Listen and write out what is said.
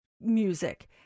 music